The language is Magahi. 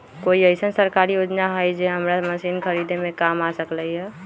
कोइ अईसन सरकारी योजना हई जे हमरा मशीन खरीदे में काम आ सकलक ह?